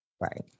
Right